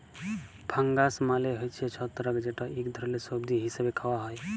fungus মালে হছে ছত্রাক যেট ইক ধরলের সবজি হিসাবে খাউয়া হ্যয়